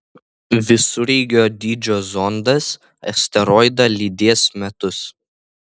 visureigio dydžio zondas asteroidą lydės metus